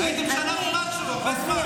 הייתם שנה ומשהו, הרבה זמן.